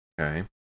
Okay